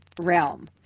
realm